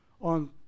on